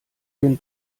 den